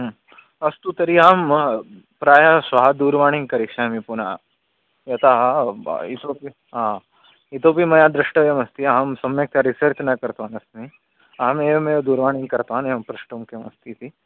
अस्तु तर्हि अहं प्रायः श्वः दूरवाणीं करिष्यामि पुनः यथा इतोपि इतोपि मया द्रष्टव्यं अस्ति अहं सम्यक्तया रिसेर्च् न कृतवान् अस्मि अहं एवम् एव दूरवाणीं कृतवान् एवं प्रष्टुं किम् अस्ति इति